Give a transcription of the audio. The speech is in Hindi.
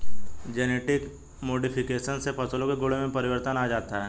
जेनेटिक मोडिफिकेशन से फसलों के गुणों में परिवर्तन आ जाता है